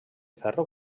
ferro